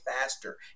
faster